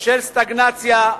של סטגנציה,